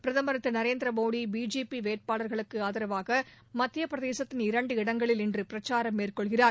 பிரதமர் திரு நரேந்திரமோடி பிஜேபி வேட்பாளர்களுக்கு ஆதரவாக மத்திய பிரதேசத்தின் இரண்டு இடங்களில் இன்று பிரச்சாரம் மேற்கொள்கிறார்